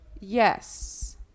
Yes